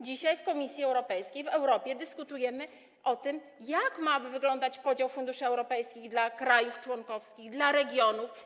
Dzisiaj w Komisji Europejskiej, w Europie dyskutujemy o tym, jak ma wyglądać podział funduszy europejskich dla krajów członkowskich, dla regionów.